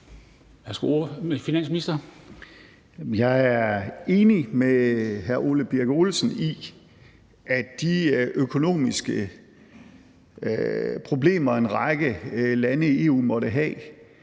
Jeg er enig med hr. Ole Birk Olesen i, at de økonomiske problemer, en række lande i EU måtte have,